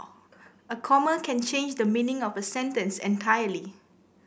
a comma can change the meaning of a sentence entirely